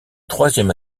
troisième